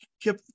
keep